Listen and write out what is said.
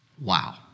Wow